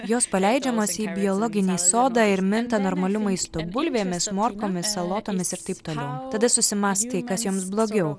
jos paleidžiamos į biologinį sodą ir minta normaliu maistu bulvėmis morkomis salotomis ir taip toliau tada susimąstai kas joms blogiau